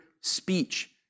speech